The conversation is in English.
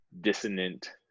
dissonant